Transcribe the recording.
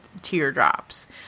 teardrops